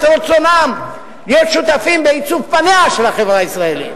את רצונם להיות שותפים בעיצוב פניה של החברה הישראלית.